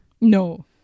no